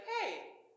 hey